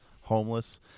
homeless